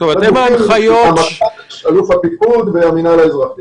לגופים בשטח: המתפ"ש, אלוף הפיקוד והמנהל האזרחי.